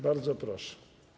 Bardzo proszę.